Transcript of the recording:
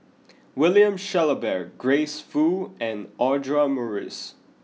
William Shellabear Grace Fu and Audra Morrice